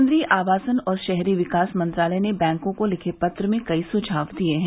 केन्द्रीय आवासन और शहरी विकास मंत्रालय ने बैंकों को लिखे पत्र में कई सुझाव दिये हैं